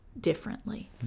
differently